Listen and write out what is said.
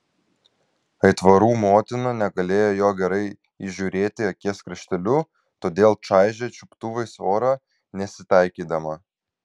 aitvarų motina negalėjo jo gerai įžiūrėti akies krašteliu todėl čaižė čiuptuvais orą nesitaikydama